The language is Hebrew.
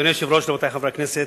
אדוני היושב-ראש, רבותי חברי הכנסת,